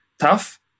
tough